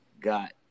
got